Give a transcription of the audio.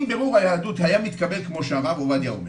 אם בירור היהדות היה מתקבל, כמו שהרב עובדיה אומר